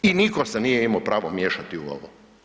I nitko se nije imao pravo miješati u ovo.